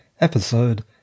episode